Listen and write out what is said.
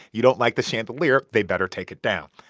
you don't like the chandelier, they better take it down.